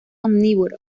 omnívoro